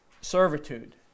servitude